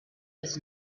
was